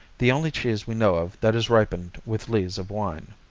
the only cheese we know of that is ripened with lees of wine.